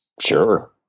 Sure